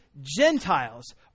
Gentiles